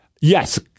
Yes